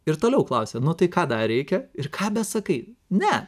ir toliau klausia nu tai ką dar reikia ir ką besakai ne